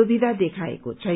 दुविधा देखाएको छैन